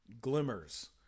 glimmers